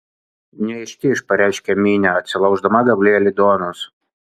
neištižk pareiškė minė atsilauždama gabalėlį duonos